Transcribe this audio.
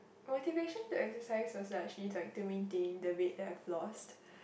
motivation to exercise was like actually like to maintain the weight that I've lost